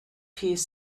piece